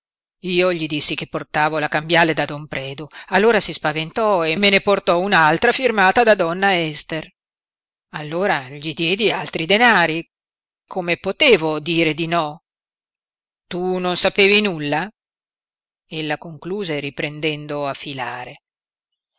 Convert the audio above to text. io gli dissi che portavo la cambiale da don predu allora si spaventò e me ne portò un'altra firmata da donna ester allora gli diedi altri denari come potevo dire di no tu non sapevi nulla ella concluse riprendendo